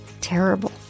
terrible